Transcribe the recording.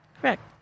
Correct